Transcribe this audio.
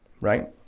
right